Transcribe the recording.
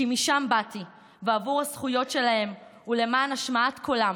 כי משם באתי, ועבור הזכויות שלהן ולמען השמעת קולן